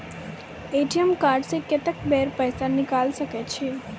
ATM card से कत्तेक बेर पैसा निकाल सके छी?